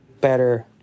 better